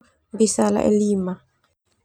Bisa lai lima.